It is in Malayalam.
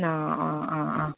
ആ ആ ആ ആ